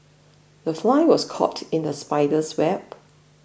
the fly was caught in the spider's web